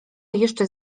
jeszcze